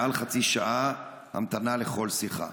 מעל חצי שעה המתנה לכל שיחה.